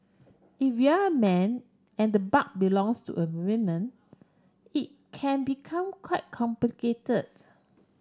if you're man and the butt belongs to a woman it can become quite complicated